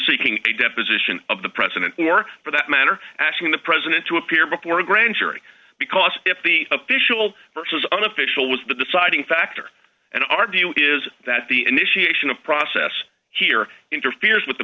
seeking a deposition of the president or for that matter asking the president to appear before a grand jury because if the official versus unofficial was the deciding factor and our view is that the initiation of process here interferes with the